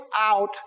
out